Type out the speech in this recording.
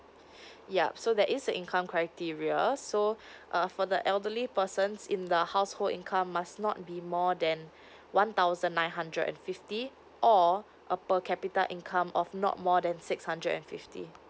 yup so that is a income criteria so uh for the elderly persons in the household income must not be more than one thousand nine hundred and fifty or a per capita income of not more than six hundred and fifty